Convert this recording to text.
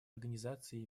организаций